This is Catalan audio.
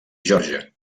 geòrgia